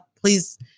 please